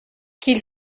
qu’il